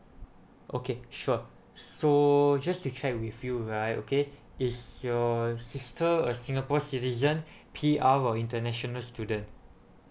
okay sure so just to check with you right okay is your sister a singapore citizen P_R or international student